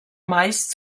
meist